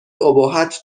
ابهت